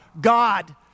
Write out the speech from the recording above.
God